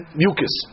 mucus